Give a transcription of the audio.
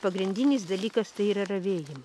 pagrindinis dalykas tai yra ravėjimas